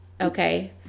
okay